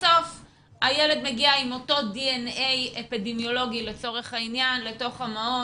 בסוף הילד מגיע עם אותו DNA אפידמיולוגי לצורך העניין לתוך המעון.